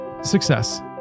success